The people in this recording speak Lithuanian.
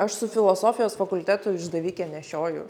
aš su filosofijos fakultetu išdavikė nešioju